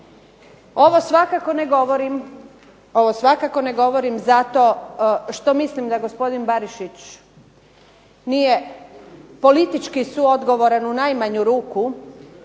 Ovo svakako ne govorim zato što mislim da gospodin Barišić nije politički suodgovoran u najmanju ruku